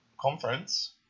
conference